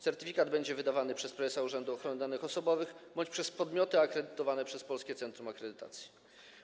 Certyfikat będzie wydawany przez prezesa Urzędu Ochrony Danych Osobowych bądź przez podmioty akredytowane przez Polskie Centrum Akredytacji.